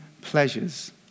pleasures